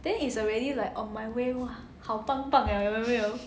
then is already like on my way !wah! 好棒棒了有没有